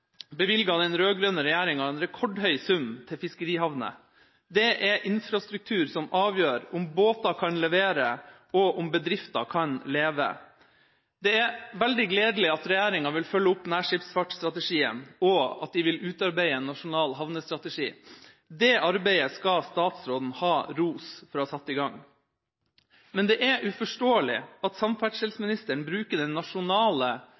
bevilget den rød-grønne regjeringa en rekordhøy sum til fiskerihavner. Det er infrastruktur som avgjør om båter kan levere og om bedrifter kan leve. Det er veldig gledelig at regjeringa vil følge opp nærskipsfartsstrategien, og at de vil utarbeide en nasjonal havnestrategi. Det arbeidet skal statsråden ha ros for å ha satt i gang. Men det er uforståelig at samferdselsministeren bruker den nasjonale